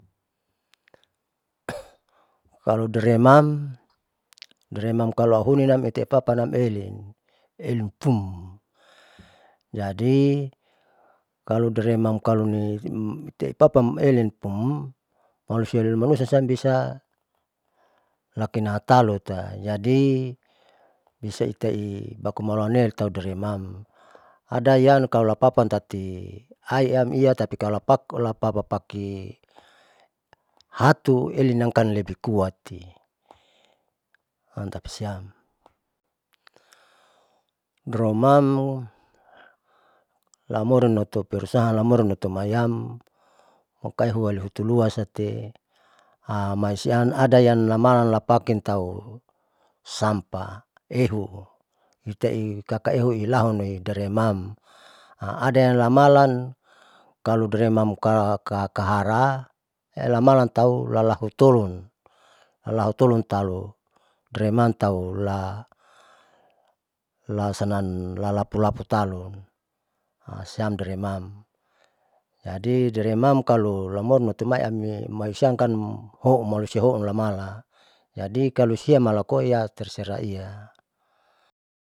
kalo dremam dremam kaloauhuni iteepapanameli elin pum jadi kalo dremam kaloni papan elin pum malusia lumalusa nakenahatalua, jadi bisaitaia bakumalawanee taudremam adayan kalo lapapan tati aiam iatpikalo pak lapap pakie hatu elinam paling kuati, tapasiam dromam lamorin lotu perusahan lamorinlotu maiyam pokailu hutuluanusati maisiam ada yang lamalan lapakita sampa ehu ikai kakaehu nilahun nohi dremam, adayang lamalan kalo dremam kakahara lamalan tau lalahutolunli lahutolun tau dremam taula, lasanan lalapulapu talu hasiam dremam jadi dremam kalu laumorin lutumai siamkan houn malusia houn lamala jadi kalosiam malaukoa yaterserahia.